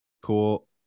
Cool